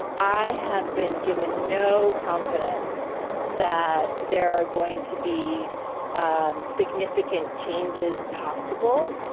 i have been given no confidence that there are going to be um significant changes possible.